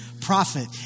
prophet